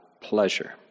pleasure